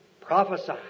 Prophesy